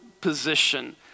position